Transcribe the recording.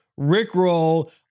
rickroll